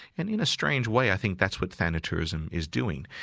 and in a strange way i think that's what thanatourism is doing.